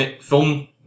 film